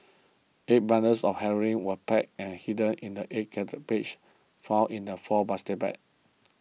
eight bundles of heroin were packed and hidden in the eight found in the four plastic bags